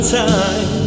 time